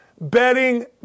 betting